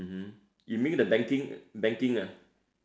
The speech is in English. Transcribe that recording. mmhmm you mean the banking banking ah